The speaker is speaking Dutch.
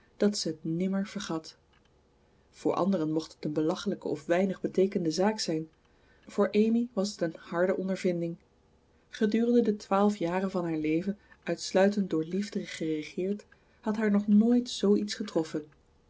dat ze het nimmer vergat voor anderen mocht het een belachelijke of weinig beteekenende zaak zijn voor amy was het een harde ondervinding gedurende de twaalf jaren van haar leven uitsluitend door liefde geregeerd had haar nog nooit zoo iets getroffen